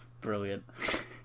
Brilliant